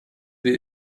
wir